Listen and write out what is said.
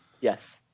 Yes